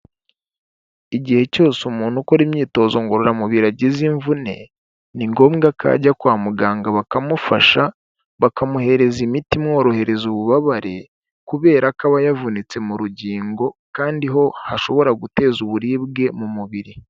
Igihe cyose umuntu ukora imyitozo ngororamubiri agize imvune ni ngombwa ko ajya kwa muganga bakamufasha bakamuhereza imiti imworohereza ububabare, kubera ko aba yavunitse mu rugingo kandi ho hashobora guteza uburibwe mu mubiri.